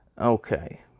Okay